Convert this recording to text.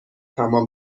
تمام